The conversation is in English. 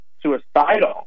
suicidal